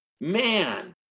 man